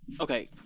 Okay